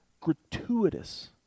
Gratuitous